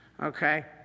okay